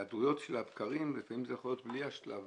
ההיעדרויות של הבקרים לפעמים זה יכול להיות בלי השלב